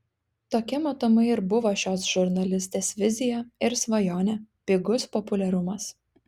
tokia matomai ir buvo šios žurnalistės vizija ir svajonė pigus populiarumas